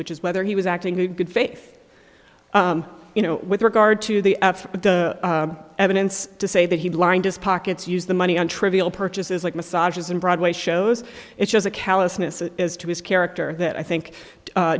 which is whether he was acting in good faith you know with regard to the evidence to say that he lined his pockets use the money on trivial purchases like massages and broadway shows it shows a callousness as to his character that i think